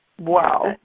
wow